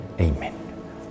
Amen